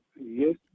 yes